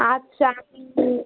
আচ্ছা আমি হুম